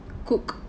cook